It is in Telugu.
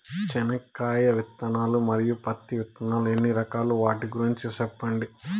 చెనక్కాయ విత్తనాలు, మరియు పత్తి విత్తనాలు ఎన్ని రకాలు వాటి గురించి సెప్పండి?